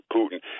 Putin